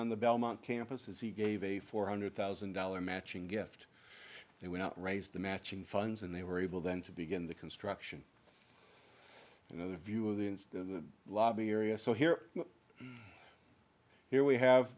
on the belmont campus as he gave a four hundred thousand dollars matching gift they were not raised the matching funds and they were able then to begin the construction you know the view of the lobby area so here here we have